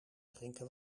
drinken